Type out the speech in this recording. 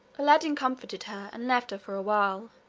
aladdin comforted her, and left her for a while.